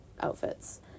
outfits